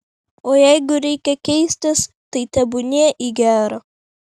o jeigu reikia keistis tai tebūnie į gera